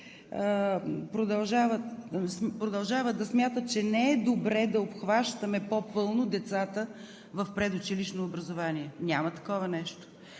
продължават да смятат, че не е добре да обхващаме по-пълно децата в предучилищно образование.“ Няма такова нещо.